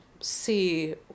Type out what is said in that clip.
see